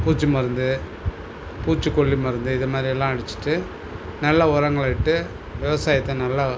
பூச்சி மருந்து பூச்சிக்கொல்லி மருந்து இத மாரியெல்லாம் அடிச்சிட்டு நல்ல உரங்கள் இட்டு விவசாயத்தை நல்லா